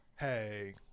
Hey